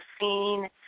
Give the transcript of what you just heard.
seen